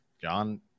John